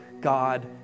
God